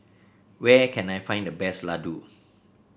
where can I find the best Ladoo